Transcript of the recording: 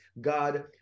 God